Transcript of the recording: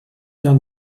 turn